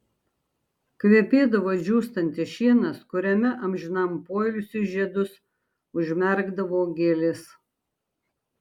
kvepėdavo džiūstantis šienas kuriame amžinam poilsiui žiedus užmerkdavo gėlės